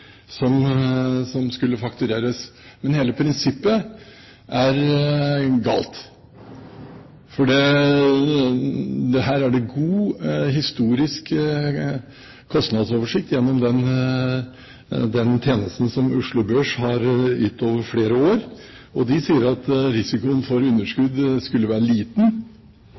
god historisk kostnadsoversikt gjennom den tjenesten som Oslo Børs har ytt over flere år. De sier at risikoen for underskudd skulle være liten.